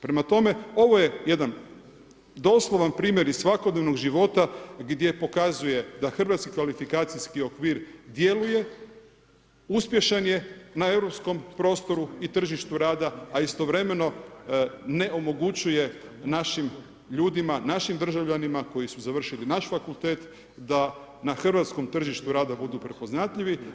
Prema tome, ovo je jedan doslovan primjer iz svakodnevnog života gdje pokazuje da HKO djeluje, uspješan je na europskom prostoru i tržištu rada a istovremeno ne omogućuje našim ljudima, našim državljanima koji su završili naš fakultet da na hrvatskom tržištu rada budu prepoznatljivi.